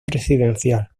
presidencial